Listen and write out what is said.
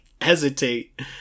hesitate